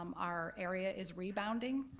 um our area is rebounding,